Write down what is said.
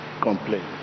complain